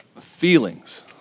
Feelings